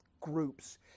groups